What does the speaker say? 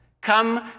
Come